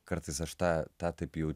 kartais aš tą tą taip jau